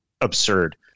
absurd